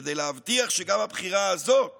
כדי להבטיח שגם הבחירה הזאת